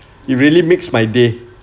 it really makes my day